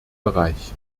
bereich